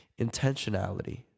intentionality